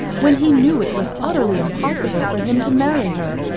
when he knew it was utterly impossible for him to marry her,